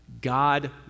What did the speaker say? God